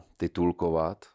titulkovat